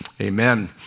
amen